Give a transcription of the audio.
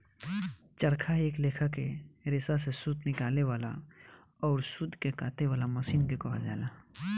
चरखा एक लेखा के रेसा से सूत निकाले वाला अउर सूत के काते वाला मशीन के कहल जाला